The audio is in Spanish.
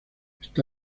esta